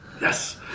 Yes